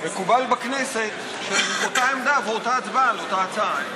מקובל בכנסת שזאת אותה עמדה ואותה הצבעה על אותה הצעה.